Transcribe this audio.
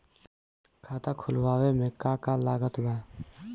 खाता खुलावे मे का का लागत बा?